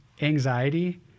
anxiety